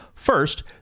First